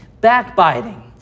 backbiting